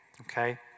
Okay